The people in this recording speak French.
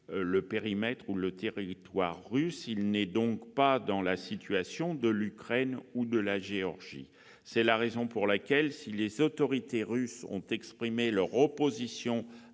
été intégré au territoire russe ; il n'est donc pas dans la situation de l'Ukraine ou de la Géorgie. C'est la raison pour laquelle, si les autorités russes ont exprimé leur opposition à cet